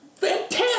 fantastic